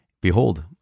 Behold